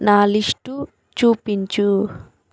నా లిస్టు చూపించు